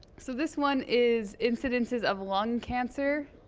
so this one is incidences of lung cancer